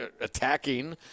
attacking